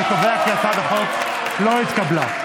אני קובע כי הצעת החוק לא התקבלה.